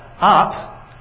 up